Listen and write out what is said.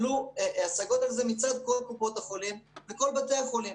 עלו על זה השגות מצד כל קופות החולים וכל בתי החולים.